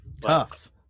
Tough